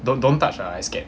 don't don't touch ah I scared